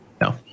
No